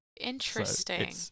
Interesting